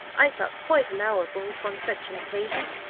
i thought quite allowable upon such an occasion.